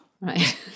right